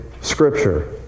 scripture